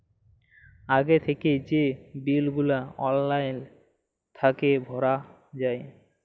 আগে থ্যাইকে যে বিল গুলা অললাইল থ্যাইকে ভরা যায়